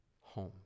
home